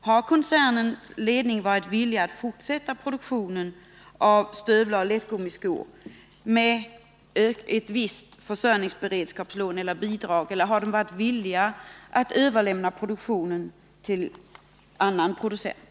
Har koncernledningen varit villig att fortsätta produktionen av stövlar och lättgummiskor med visst försörjningsberedskapslån eller bidrag? Har man varit villig att överlämna produktionen till annan producent?